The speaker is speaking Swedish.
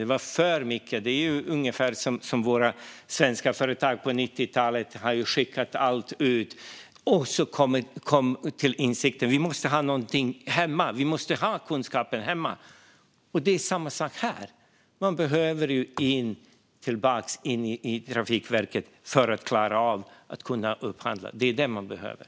Det var ungefär som med svenska företag på 90-talet, som skickade ut allt och sedan kom till insikt: Vi måste ha någonting hemma. Vi måste ha kunskapen hemma. Det är samma sak här. Man behöver få tillbaka kunskap in i Trafikverket för att kunna klara av att upphandla. Det är det man behöver.